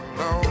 no